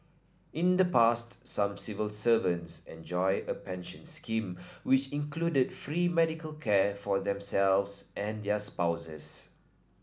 in the past some civil servants enjoyed a pension scheme which included free medical care for themselves and their spouses